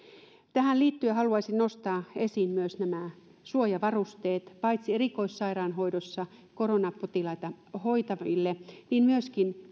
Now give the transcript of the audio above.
tähän liittyen haluaisin nostaa esiin myös nämä suojavarusteet paitsi erikoissairaanhoidossa koronapotilaita hoitaville myöskin